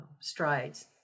strides